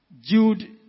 Jude